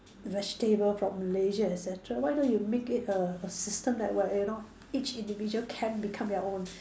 vegetable from Malaysia et cetera why don't you make it a a system that where you know each individual can become their own